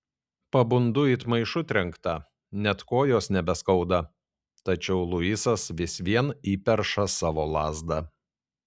pabundu it maišu trenkta net kojos nebeskauda tačiau luisas vis vien įperša savo lazdą